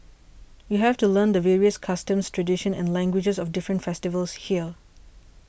you have to learn the various customs tradition and languages of different festivals here